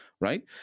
right